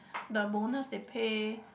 the bonus they pay